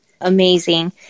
Amazing